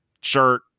Shirt